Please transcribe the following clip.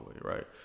right